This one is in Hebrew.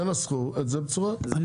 תנסחו את זה בצורה אחרת.